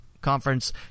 conference